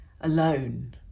alone